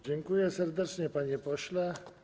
Dziękuję serdecznie, panie pośle.